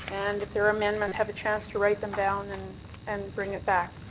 and if there are amendments have a chance to write them down and and bring it back.